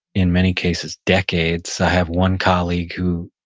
in many cases, decades. i have one colleague who,